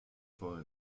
for